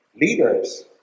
leaders